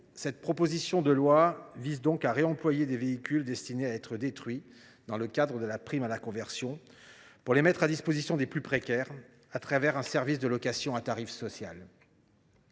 en commission, vise à réemployer des véhicules destinés à être détruits dans le cadre de la prime à la conversion, pour qu’ils soient mis à la disposition des plus précaires, au travers d’un service de location à tarif social.